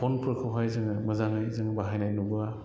फनफोरखौहाय जोङो मोजाङै जों बाहायनाय नुबोवा